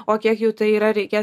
o kiek jų tai yra reikia